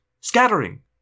scattering